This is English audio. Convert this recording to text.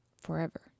forever